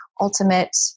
ultimate